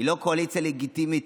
היא לא קואליציה לגיטימית.